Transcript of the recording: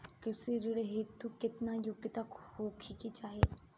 कृषि ऋण हेतू केतना योग्यता होखे के चाहीं?